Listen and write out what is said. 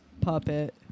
puppet